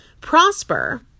prosper